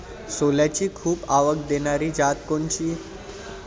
सोल्याची खूप आवक देनारी जात कोनची?